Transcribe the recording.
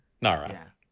Nara